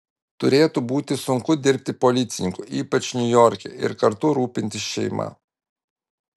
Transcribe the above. turėtų būti sunku dirbti policininku ypač niujorke ir kartu rūpintis šeima